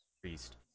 priest